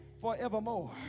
forevermore